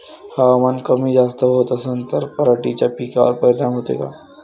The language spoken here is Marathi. हवामान कमी जास्त होत असन त पराटीच्या पिकावर परिनाम होते का?